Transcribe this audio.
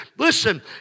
Listen